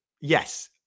Yes